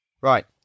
Right